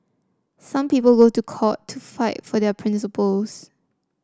some people go to court to fight for their principles